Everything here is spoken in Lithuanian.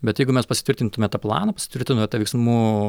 bet jeigu mes pasitvirtintume tą planą pasitvirtintume tą veiksmų